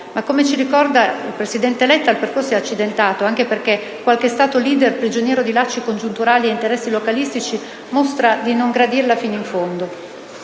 Ma come ci ricorda il presidente Letta il percorso è accidentato, anche perché qualche Stato *leader*, prigioniero di lacci congiunturali ed interessi localistici, mostra di non gradirla fino in fondo.